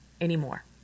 anymore